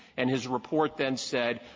and his report then said,